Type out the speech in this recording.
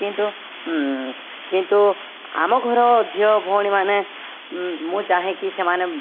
କିନ୍ତୁ କିନ୍ତୁ ଆମ ଘର ଝିଅ ଭଉଣୀ ମାନେ ମୁଁ ଚାହେଁ କି ସେମାନେ